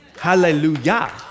hallelujah